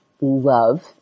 love